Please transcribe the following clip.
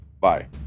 Bye